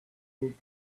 with